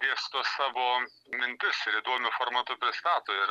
dėsto savo mintis ir įdomiu formatu pristato ir